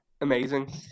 Amazing